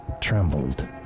trembled